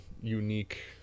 unique